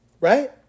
right